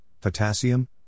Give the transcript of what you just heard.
potassium